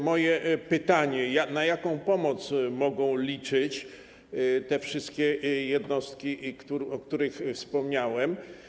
Moje pytanie: Na jaką pomoc mogą liczyć te wszystkie jednostki, o których wspomniałem?